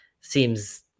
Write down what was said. seems